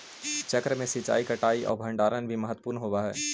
चक्र में सिंचाई, कटाई आउ भण्डारण भी महत्त्वपूर्ण होवऽ हइ